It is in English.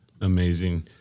Amazing